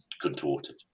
contorted